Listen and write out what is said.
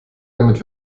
damit